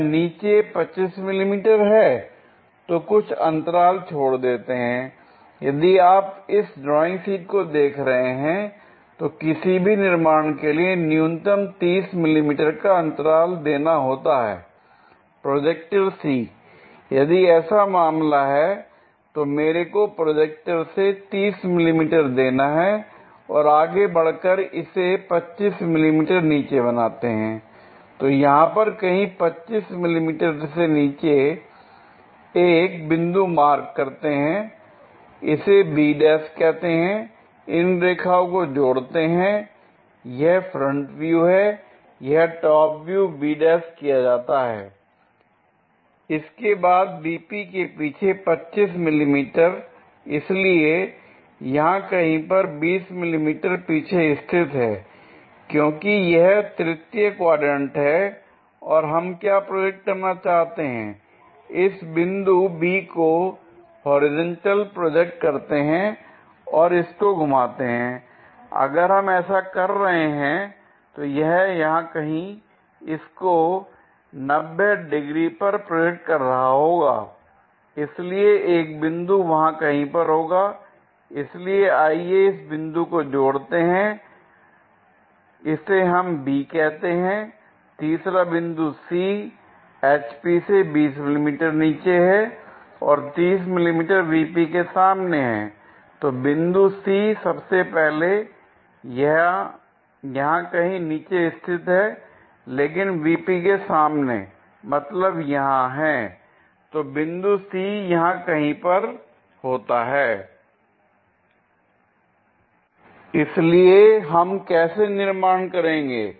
क्या नीचे 25 millimetre हैl तो कुछ अंतराल छोड़ दें और यदि आप इस ड्राइंग शीट को देख रहे हैं तो किसी भी निर्माण के लिए न्यूनतम 30 मिलीमीटर का अंतराल देना होता है l प्रोजेक्टर C यदि ऐसा मामला है तो मेरे को प्रोजेक्टर से 30 मिलीमीटर देना है और आगे बढ़कर इसे 25 मिलीमीटर नीचे बनाते हैं l तो यहां पर कहीं 25 मिलीमीटर नीचे एक बिंदु मार्क करते हैं इसे b ' कहते हैं इन रेखाओं को जोड़ते हैं यह फ्रंट व्यू है यह टॉप व्यू b ' किया जाता है l इसके बाद VP के पीछे 20 मिमी इसलिए यहां कहीं पर 20 मिमी पीछे स्थित है l क्योंकि यह तृतीय क्वाड्रेंट है और हम क्या प्रोजेक्ट करना चाहते हैं इस बिंदु B को हॉरिजॉन्टल प्रोजेक्ट करते हैं और इसको घुमाते हैं l अगर हम ऐसा कर रहे हैं तो यह यहां कहीं इसको 90 डिग्री पर प्रोजेक्ट कर रहा होगा l इसलिए एक बिंदु वहां कहीं पर होगा l इसलिए आइए इस बिंदु को जोड़ते हैं और इसे हम b कहते हैं l तीसरा बिंदु C HP से 20 मिमी नीचे है और 30 मि मी VP के सामने हैं l तो बिंदु C सबसे पहले यहां कहीं नीचे स्थित है लेकिन VP के सामने मतलब यहां है l तो बिंदु C यहां कहीं पर होता है l इसलिए हम कैसे निर्माण करेंगे